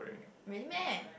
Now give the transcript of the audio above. really meh